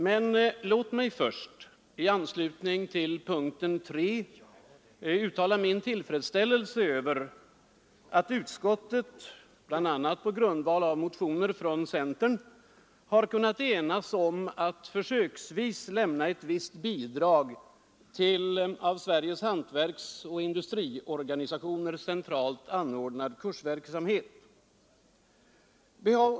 Men låt mig först i anslutning till punkten 3 uttala min tillfredsställelse över att utskottet, på grundval av motioner från bl.a. centern, har kunnat enas om att försöksvis lämna ett visst bidrag till av Sveriges hantverksoch industriorganisation centralt anordnad kursverksamhet.